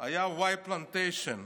היה וואי פלנטיישן.